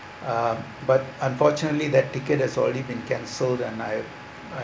um but unfortunately that ticket has already been cancelled and I I